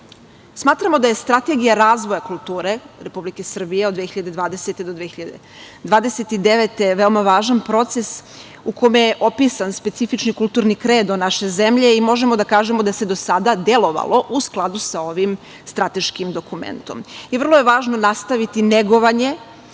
kulture“.Smatramo da je Strategija razvoja kulture Republike Srbije od 2020. do 2029. godine veoma važan proces u kome je opisan specifični kulturni kredo naše zemlje i možemo da kažemo da se do sada delovalo u skladu sa ovim strateškim dokumentom. Vrlo je važno nastaviti negovanje